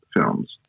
films